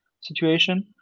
situation